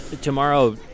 Tomorrow